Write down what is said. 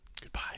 goodbye